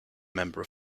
member